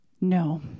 no